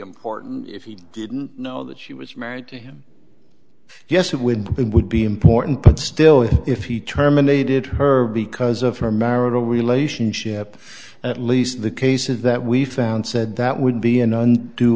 important if he didn't know that she was married to him yes when it would be important but still if he terminated her because of her marital relationship at least the cases that we found said that would be an